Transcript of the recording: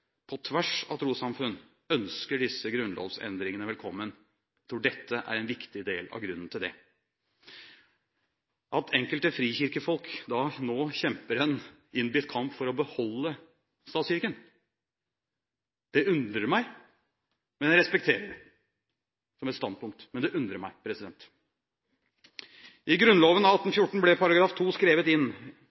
på tvers av trossamfunn ønsker disse grunnlovsendringene velkommen. Jeg tror dette er en viktig del av grunnen til det. At enkelte frikirkefolk nå kjemper en innbitt kamp for å beholde statskirken, undrer meg. Jeg respekterer det som et standpunkt, men det undrer meg. I Grunnloven av 1814 ble § 2 skrevet inn